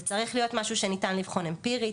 זה צריך להיות משהו שניתן לבחון אמפירית,